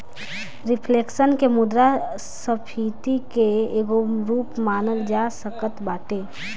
reflection के मुद्रास्फीति के एगो रूप मानल जा सकत बाटे